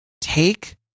Take